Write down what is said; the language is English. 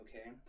okay